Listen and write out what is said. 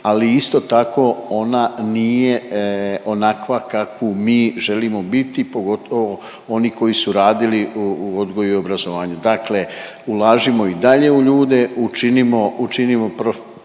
ali isto tako ona nije onakva kakvu mi želimo biti pogotovo oni koji su radili u odgoju i obrazovanju. Dakle ulažimo i dalje u ljude učinimo,